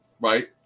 Right